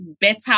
better